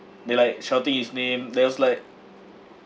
they like shouting his name there was like